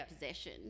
possession